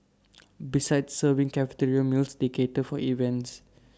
besides serving cafeteria meals they cater for events